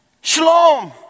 Shalom